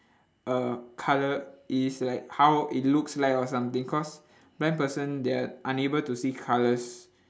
uh colour is like how it looks like or something cause blind person they're unable to see colours